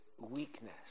weakness